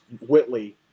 Whitley